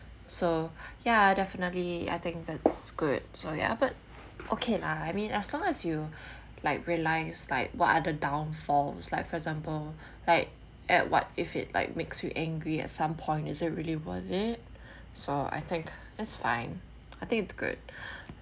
so ya definitely I think that's good so ya but okay lah I mean as long as you like relies like what other downfall was like for example like at what if it like makes you angry at some point is it really worth it so I think it's fine I think it's good